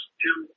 two